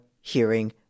hearing